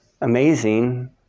amazing